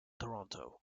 toronto